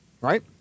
right